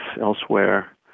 elsewhere